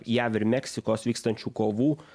jav ir meksikos vykstančių kovų